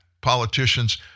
politicians